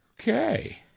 Okay